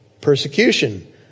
Persecution